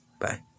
Bye